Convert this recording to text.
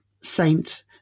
saint